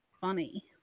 funny